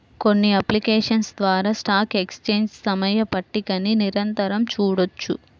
కొన్ని అప్లికేషన్స్ ద్వారా stock exchange సమయ పట్టికని నిరంతరం చూడొచ్చు